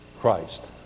Christ